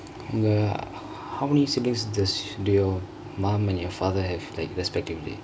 உங்க:ungka ho~ how many siblingks does do your mom and your father have like respectively